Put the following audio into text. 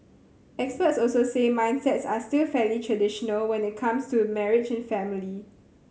experts also say mindsets are still fairly traditional when it comes to marriage and family